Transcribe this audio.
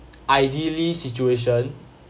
ideally situation